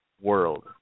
world